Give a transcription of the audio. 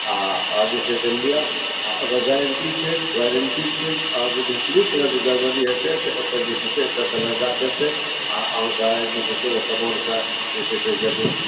आ अहाँ जे छै से लिअ ओकर गारण्टी छै वारण्टी छै अहाँकेँ जे कोनो तरहके गड़बड़ी हेतै तऽ एतऽसँ जे छै से लड़का जेतै आ अहाँकेॅं जे छै से ओ समानके जे छै से जल्दी